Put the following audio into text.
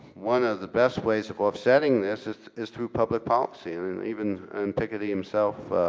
one of the best ways of offsetting this is is through public policy and and even and picca-dee himself